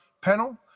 panel